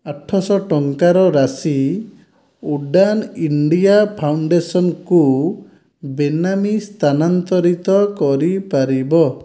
ଆଠଶହ ଟଙ୍କାର ରାଶି ଉଡ଼ାନ୍ ଇଣ୍ଡିଆ ଫାଉଣ୍ଡେସନ୍କୁ ବେନାମୀ ସ୍ଥାନାନ୍ତରିତ କରିପାରିବ